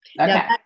Okay